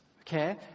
okay